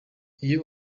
iyo